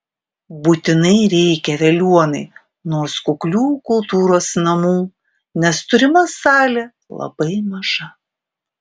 būtinai reikia veliuonai nors kuklių kultūros namų nes turima salė labai maža